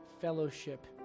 fellowship